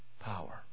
power